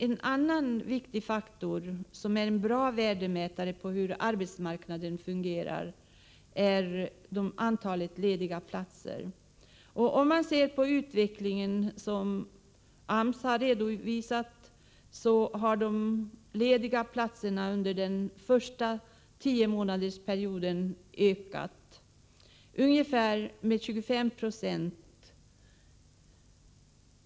En annan viktig faktor som är en bra värdemätare på hur arbetsmarknaden fungerar är antalet lediga platser. Om man ser på den utveckling som AMS har redovisat, har de lediga platserna under den första tiomånadersperioden ökat med ungefär 25 20.